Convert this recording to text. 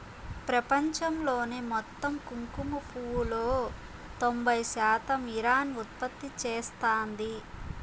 ప్రపంచంలోని మొత్తం కుంకుమ పువ్వులో తొంబై శాతం ఇరాన్ ఉత్పత్తి చేస్తాంది